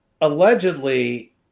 allegedly